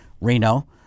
Reno